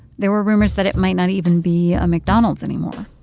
there were rumors that it might not even be a mcdonald's anymore.